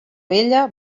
vella